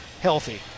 healthy